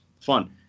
fun